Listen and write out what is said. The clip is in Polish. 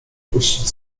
puścić